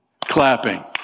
clapping